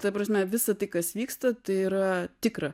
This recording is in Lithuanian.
ta prasme visa tai kas vyksta tai yra tikra